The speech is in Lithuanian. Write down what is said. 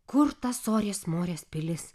kur ta sorės morės pilis